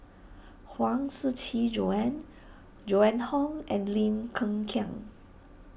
Huang Siqi Joan Joan Hon and Lim Hng Kiang